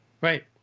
right